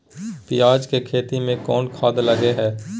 पियाज के खेती में कोन खाद लगे हैं?